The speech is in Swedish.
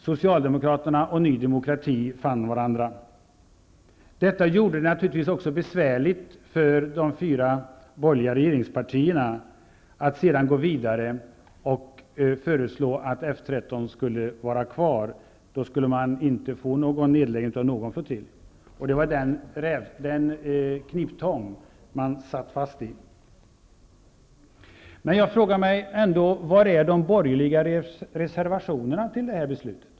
Socialdemokraterna och Ny demokrati fann varandra. Detta gjorde det naturligtvis också besvärligt för de fyra borgerliga regeringspartierna att sedan gå vidare och föreslå att F 13 skulle vara kvar. Då skulle man inte få en nedläggning av någon flottilj. Det var den kniptång man satt fast i. Jag frågar mig ändå: Var är de borgerliga reservationerna mot det här förslaget?